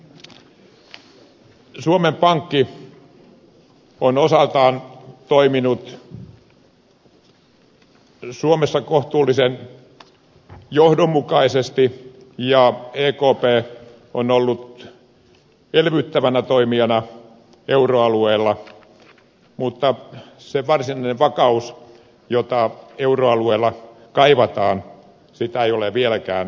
suomen pankki on osaltaan toiminut suomessa kohtuullisen johdonmukaisesti ja ekp on ollut elvyttävänä toimijana euroalueella mutta sitä varsinaista vakautta jota euroalueella kaivataan ei ole vieläkään saavutettu